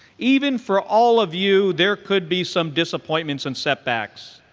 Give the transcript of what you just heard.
even for all of you, there could be some disappointments and setbacks,